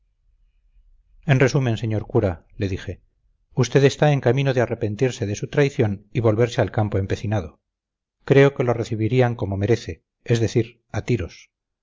en resumen señor cura le dije usted está en camino de arrepentirse de su traición y volverse al campo empecinado creo que lo recibirían como merece es decir a tiros